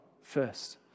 first